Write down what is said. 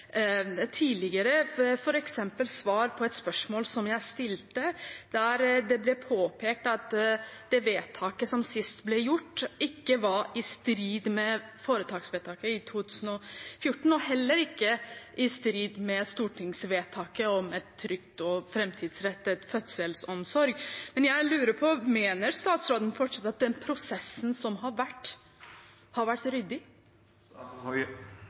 tidligere, f.eks. i svar på et spørsmål som jeg stilte, der det ble påpekt at det vedtaket som sist ble gjort, ikke var i strid med foretaksvedtaket i 2014, og heller ikke i strid med stortingsvedtaket om en trygg og framtidsrettet fødselsomsorg. Men jeg lurer på: Mener statsråden fortsatt at den prosessen som har vært, har vært